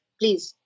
please